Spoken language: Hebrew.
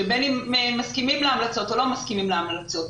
שבין אם מסכימים להמלצות או לא מסכימים להמלצות,